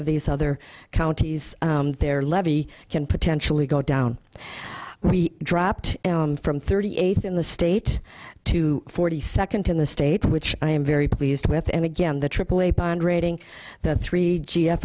of these other counties there levee can potentially go down we dropped from thirty eighth in the state to forty second in the state which i am very pleased with and again the aaa bond rating the three g